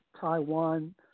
Taiwan –